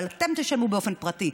אבל הם ישלמו באופן פרטי.